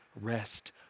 rest